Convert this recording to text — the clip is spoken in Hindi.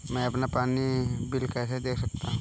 मैं अपना पानी का बिल कैसे देख सकता हूँ?